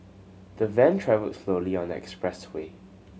the van travelled slowly on expressway